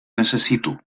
necessito